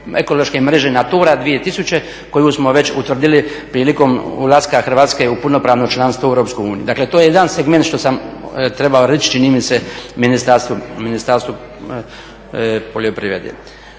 ekološke mreže natura 2000 koju smo već utvrdili prilikom ulaska Hrvatske u punopravno članstvo u EU. Dakle, to je jedan segment što sam trebao reći čini mi se Ministarstvu poljoprivrede.